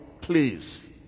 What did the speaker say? please